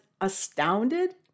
astounded